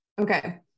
Okay